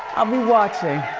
i'll be watching.